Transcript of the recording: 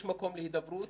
יש מקום להידברות.